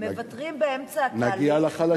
השאלה היא כמה אחרים,